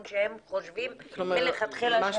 כשהם חושבים מלכתחילה שהן לא טובות להם.